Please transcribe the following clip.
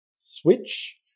switch